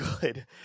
good